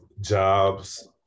jobs